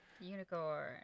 Unicorn